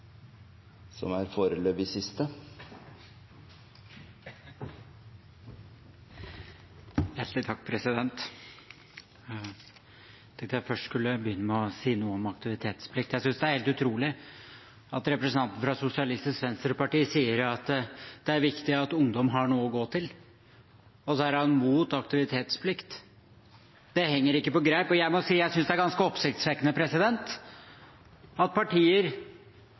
helt utrolig at representanten fra Sosialistisk Venstreparti sier det er viktig at ungdom har noe å gå til, og så er man imot aktivitetsplikt. Det henger ikke på greip, og jeg synes det er ganske oppsiktsvekkende at partier